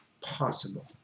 possible